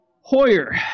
Hoyer